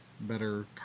better